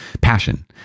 passion